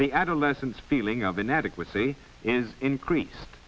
the adolescent feeling of inadequacy is increased